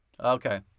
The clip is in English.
Okay